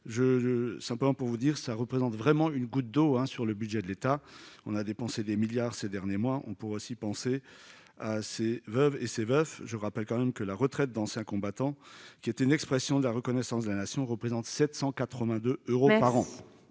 simplement pour vous dire ça représente vraiment une goutte d'eau hein sur le budget de l'État, on a dépensé des milliards ces derniers mois, on pourrait aussi penser à assez veuve et ses veufs, je rappelle quand même que la retraite d'ancien combattant, qui est une expression de la reconnaissance de la nation représente 782 euros par an.